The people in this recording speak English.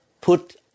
put